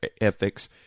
ethics